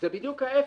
זה בדיוק ההיפך.